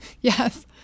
Yes